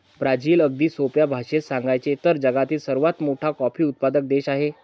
Brazil, अगदी सोप्या भाषेत सांगायचे तर, जगातील सर्वात मोठा कॉफी उत्पादक देश आहे